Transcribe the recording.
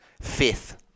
fifth